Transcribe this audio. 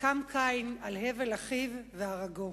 קם קין על הבל אחיו והרגו.